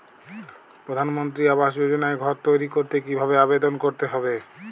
প্রধানমন্ত্রী আবাস যোজনায় ঘর তৈরি করতে কিভাবে আবেদন করতে হবে?